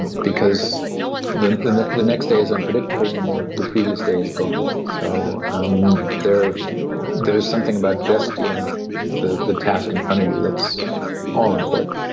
because the the next day is unpredictable, and the the previous day is gone. so um there there is something about just dealing with the the task in front of you that's all important.